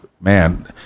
man